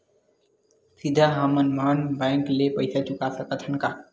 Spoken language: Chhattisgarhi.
सीधा हम मन बैंक ले पईसा चुका सकत हन का?